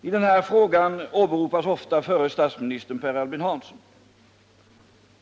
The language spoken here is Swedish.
I den här frågan åberopas ofta en tidigare statsminister, Per Albin Hansson.